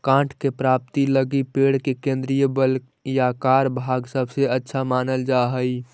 काष्ठ के प्राप्ति लगी पेड़ के केन्द्रीय वलयाकार भाग सबसे अच्छा मानल जा हई